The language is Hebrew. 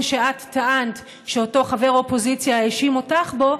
שאת טענת שאותו חבר אופוזיציה האשים אותך בו,